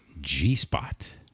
G-Spot